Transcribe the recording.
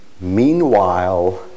Meanwhile